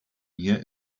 mir